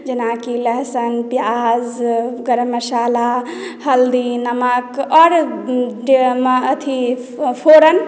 जेनाकि लहसुन प्याज गरममसाला हल्दी नमक आओर अथी फोरन